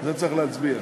על זה צריך להצביע.